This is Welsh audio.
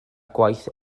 gwaith